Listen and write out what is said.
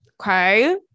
Okay